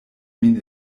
min